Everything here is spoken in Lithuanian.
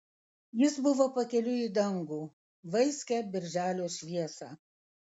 jis buvo pakeliui į dangų vaiskią birželio šviesą